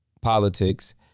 politics